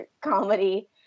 comedy